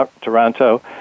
Toronto